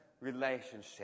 relationship